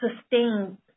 sustain